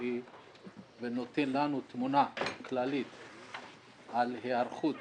ומקצועי שנותן לנו תמונה כללית על היערכות